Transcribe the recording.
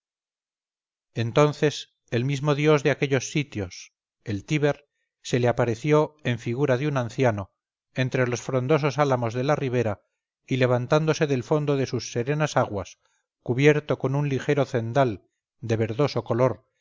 entonces el mismo dios de aquellos sitios el tíber se le apareció en figura de un anciano entre los frondosos álamos de la ribera y levantándose del fondo de sus serenas aguas cubierto con un ligero cendal de verdoso color